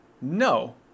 no